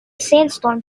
sandstorm